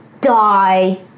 die